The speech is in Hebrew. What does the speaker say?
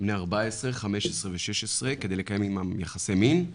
בני 14, 15 ו-16 כדי לקיים עמם יחסי מין,